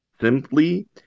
Simply